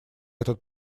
этот